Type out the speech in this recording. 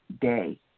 day